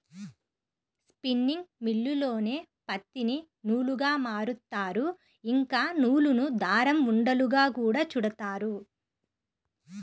spinning మిల్లుల్లోనే పత్తిని నూలుగా మారుత్తారు, ఇంకా నూలును దారం ఉండలుగా గూడా చుడతారు